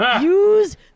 use